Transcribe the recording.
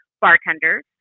bartenders